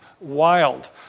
wild